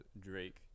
Drake